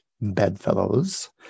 bedfellows